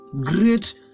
great